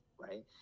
right